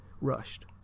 rushed